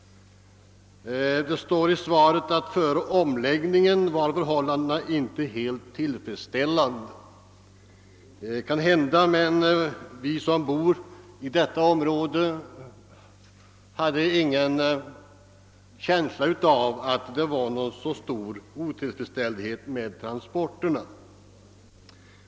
Det sades i svaret att förhållandena före omläggningen inte var helt tillfredställande. Det kan hända, men vi som bor inom detta område hade då ingen känsla av att transporterna skulle vara särskilt otillfredsställande.